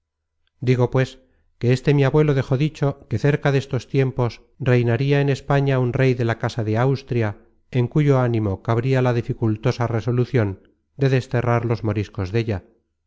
digo pues que este mi abuelo dejó dicho que cerca destos tiempos reinaria en españa un rey de la casa de austria en cuyo ánimo cabria la dificultosa resolucion de desterrar los moriscos della